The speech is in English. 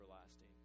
everlasting